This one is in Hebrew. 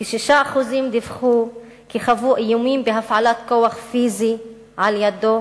כ-6% דיווחו כי חוו איומים בהפעלת כוח פיזי על-ידו